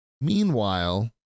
Meanwhile